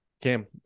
Cam